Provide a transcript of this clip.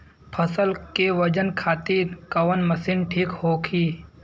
फसल के वजन खातिर कवन मशीन ठीक होखि?